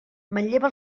manlleva